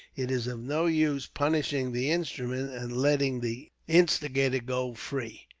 it is of no use punishing the instrument, and letting the instigator go free.